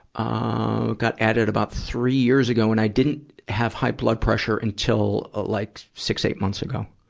ah, got added about three years ago, and i didn't have high blood pressure until like six, eight months ago.